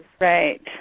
Right